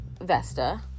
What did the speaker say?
Vesta